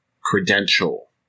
credential